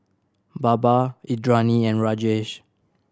Baba Indranee and Rajesh